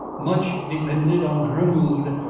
much depended on her mood,